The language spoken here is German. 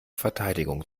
verteidigung